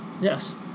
Yes